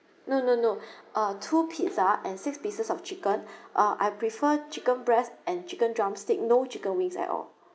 no no no ah two pizza and six pieces of chicken uh I prefer chicken breast and chicken drumstick no chicken wings at all